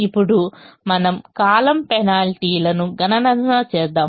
ఇప్పుడు మనము column penalty లను గణన చేద్దాం